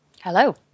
Hello